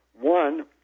one